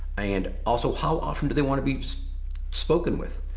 and also how often do they wanna be spoken with?